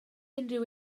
unrhyw